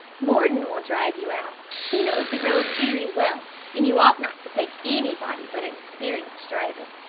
mordon will drive you out. he knows the road very well and you ought not to take anybody but an experienced driver.